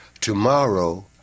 Tomorrow